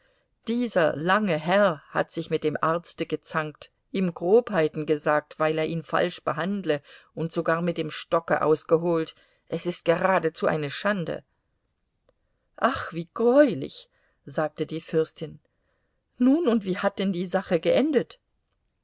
dieser lange herr hat sich mit dem arzte gezankt ihm grobheiten gesagt weil er ihn falsch behandle und sogar mit dem stocke ausgeholt es ist geradezu eine schande ach wie greulich sagte die fürstin nun und wie hat denn die sache geendet